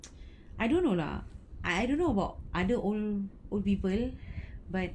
I don't know lah I I don't know about other old old people but